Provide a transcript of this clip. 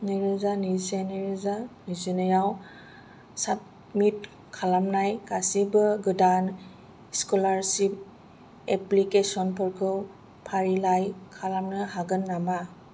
नैजिसे नैरोजा नैजिनैआव साबमिट खालामनाय गासिबो गोदान स्कलारशिप नि एप्लिकेसन फोरखौै फारिलाइ खालामनो हागोन नामा